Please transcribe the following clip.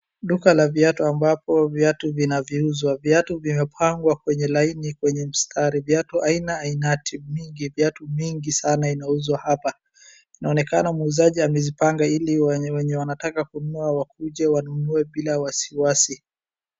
Duka ya viatu ambapo viatu vinauzwa. Viatu vimepangwa kwenye laini kwenye mshare. Viatu ainaaina vitu mingi sana zinauzwa hapa. Inaonekana muuzaji amezipanga ili wenye wanataka kununua wakuje wanunue bila wasi wasi